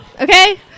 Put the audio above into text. Okay